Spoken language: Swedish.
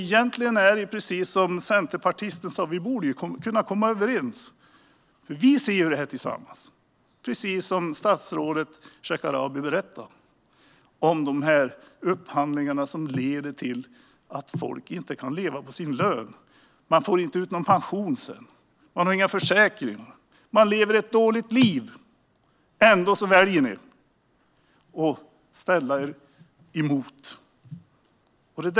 Egentligen är det som centerpartisten sa, nämligen att vi borde kunna komma överens, eftersom vi tillsammans ser detta. Det är precis som statsrådet Shekarabi berättade om dessa upphandlingar som leder till att folk inte kan leva på sin lön. De får inte ut någon pension sedan, de har inga försäkringar och de lever ett dåligt liv. Ändå väljer ni att gå emot oss i fråga om detta.